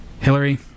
Hillary